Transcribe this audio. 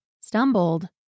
stumbled